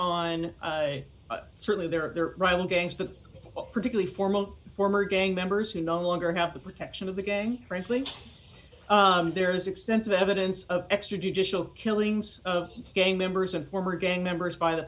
on certainly there are rival gangs but particularly formant former gang members who no longer have the protection of the gang frankly there is extensive evidence of extrajudicial killings of gang members of former gang members by the